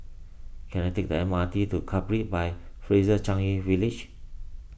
can I take the M R T to Capri by Fraser Changi relish